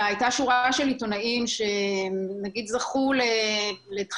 הייתה שורה של עיתונאים שנגיד זכו לדחיפות